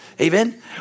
Amen